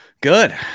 Good